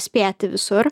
spėti visur